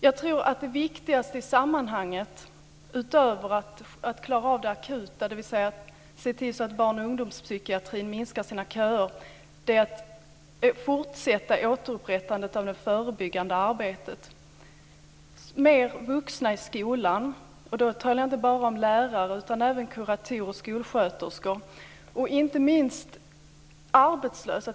Jag tror att det viktigaste i sammanhanget, utöver att klara av det akuta, dvs. att se till att barn och ungdomspsykiatrin minskar sina köer, är att fortsätta återupprättandet av det förebyggande arbetet. Mer vuxna i skolan, och då talar jag inte bara om lärare utan även om kuratorer och skolsköterskor, och inte minst arbetslösa.